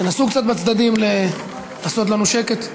תנסו קצת בצדדים לעשות לנו שקט.